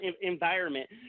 environment